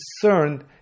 concerned